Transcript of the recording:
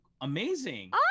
amazing